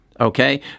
okay